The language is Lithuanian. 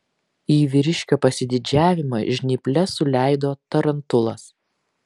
į vyriškio pasididžiavimą žnyples suleido tarantulas